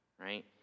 right